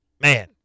man